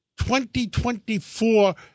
2024